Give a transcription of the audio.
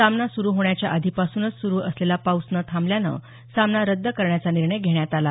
सामना सुरु होण्याच्या आधीपासूनच सुरू असलेला पाऊस न थांबल्यानं सामना रद्द करण्याचा निर्णय घेण्यात आला